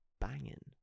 banging